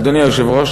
אדוני היושב-ראש,